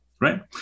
Right